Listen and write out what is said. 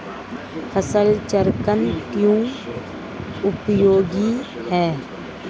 फसल चक्रण क्यों उपयोगी है?